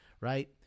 right